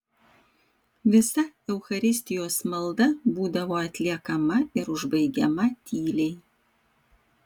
visa eucharistijos malda būdavo atliekama ir užbaigiama tyliai